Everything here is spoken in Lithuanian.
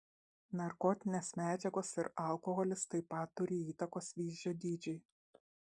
narkotinės medžiagos ir alkoholis taip pat turi įtakos vyzdžio dydžiui